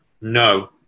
no